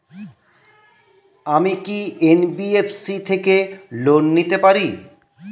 আমি কি এন.বি.এফ.সি থেকে লোন নিতে পারি?